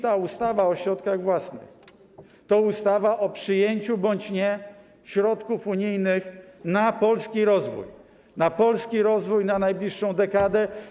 Ta ustawa o środkach własnych to ustawa o przyjęciu bądź nie środków unijnych na polski rozwój, na polski rozwój na najbliższą dekadę.